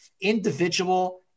individual